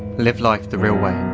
live life the real way.